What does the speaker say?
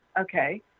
Okay